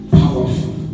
powerful